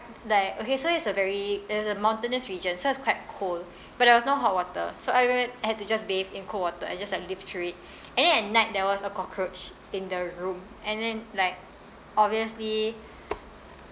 like okay so it's a very it's a mountainous region so it's quite cold but there was no hot water so I ba~ had to just bathe in cold water and just like live through it and then at night there was a cockroach in the room and then like obviously